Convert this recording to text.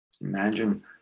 Imagine